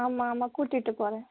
ஆமாம் ஆமாம் கூட்டிகிட்டு போகறேன்